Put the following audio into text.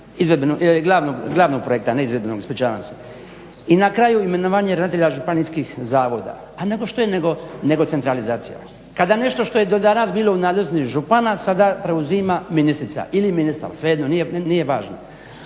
glavnog projekta. Ne izvedbenog, ispričavam se. I na kraju imenovanje ravnatelja županijskih zavoda. A nego što je nego centralizacija? Kada nešto što je do danas bilo u nadležnosti župana sada preuzima ministrica ili ministar, svejedno nije važno.